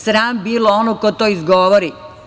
Sram bilo onog ko to izgovori.